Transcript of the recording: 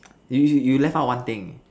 you you you left out one thing